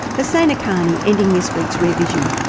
hussain haqqani, ending this week's rear vision.